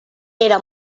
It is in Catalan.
era